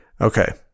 Okay